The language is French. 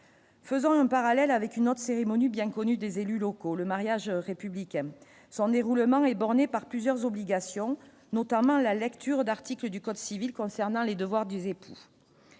faisant un parallèle avec une autre cérémonie bien connue des élus locaux, le mariage républicain son roulements et par plusieurs obligations notamment la lecture d'articles du code civil concernant les devoirs en